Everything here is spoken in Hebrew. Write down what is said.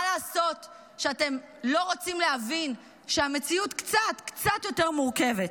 מה לעשות שאתם לא רוצים להבין שהמציאות קצת קצת יותר מורכבת.